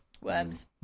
Worms